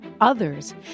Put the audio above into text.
Others